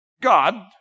God